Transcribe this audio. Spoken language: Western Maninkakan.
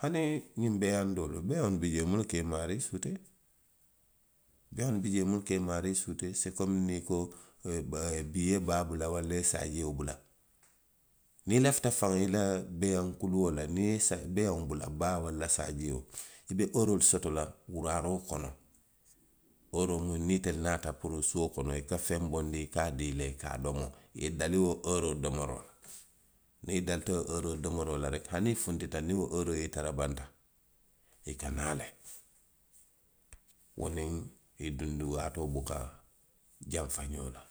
Hani ňiŋ beeyaŋ doolu, beeyaŋolu bi jee le minnu ka i maario suutee. Beeyaŋolu bi jee minnu ka i maario suutee. se komi ninsoo, baa, bee, i ye baa bula, walla i ye saajio bula. Niŋ i lafita faŋ i la beeyaŋ buloo la. niŋ saajio bula. baa, waala saajio. i ooroo le soto la wulaaroo koolaa. ooroo miŋ niŋ itelu naata muruu suo kono, i ka feŋ bondi i ka a dii i la, i ka a domo, i ye dali wo ooroo domoroo la, niŋ i dalita wo ooroo domoroo la reki. hani i funtita niŋ wo ooroo ye i tara banta. i ka naa le, buka janfa ňoo la,